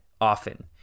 often